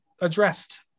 addressed